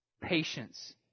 patience